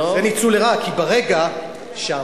זה ניצול לרעה, כי ברגע שהמערכת,